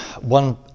one